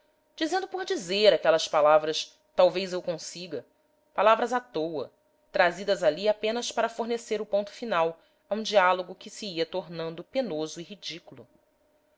dizendo por dizer aquelas palavras talvez eu consiga palavras à-toa trazidas ali apenas para fornecer o ponto final a um diálogo que se ia tornando penoso e ridículo